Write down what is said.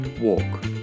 Walk